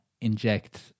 inject